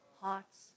hearts